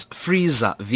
freezer